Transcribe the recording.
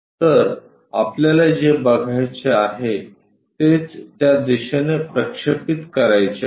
तर आपल्याला जे बघायचे आहे तेच त्या दिशेने प्रक्षेपित करायचे आहे